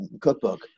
Cookbook